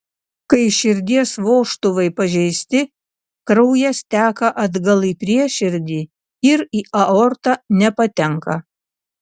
kai širdies vožtuvai pažeisti kraujas teka atgal į prieširdį ir į aortą nepatenka